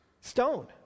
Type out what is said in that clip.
Stone